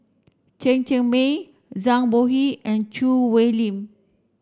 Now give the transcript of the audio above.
Chen Cheng Mei Zhang Bohe and Choo Hwee Lim